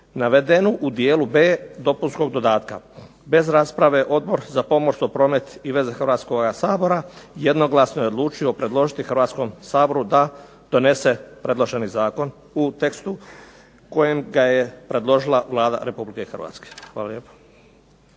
navedenu u dijelu B dopunskog dodatka. Bez rasprave Odbor za pomorstvo, promet i veze Hrvatskoga sabora jednoglasno je odlučio predložiti Hrvatskom saboru da donese predloženi zakon u tekstu u kojem ga je predložila Vlada Republike Hrvatske. Hvala lijepo.